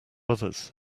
others